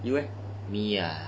you eh